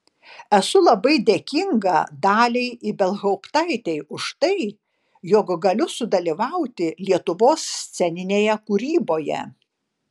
esu labai dėkinga daliai ibelhauptaitei už tai jog galiu sudalyvauti lietuvos sceninėje kūryboje